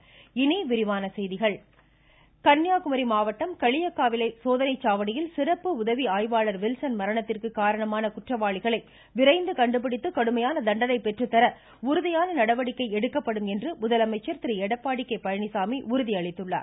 எடப்பாடி கன்னியாகுமரி மாவட்டம் களியக்காவிளை சோதனை சாவடியில் சிறப்பு உதவி ஆய்வாளர் வில்சன் மரணத்திற்கு காரணமான குற்றவாளிகளை விரைவில் கண்டுபிடித்து கடுமையான தண்டனை பெற்றுத்தர உறுதியான நடவடிக்கை எடுக்கப்படும் என்று முதலமைச்சர் திரு எடப்பாடி கே பழனிச்சாமி உறுதி அளித்துள்ளார்